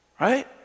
Right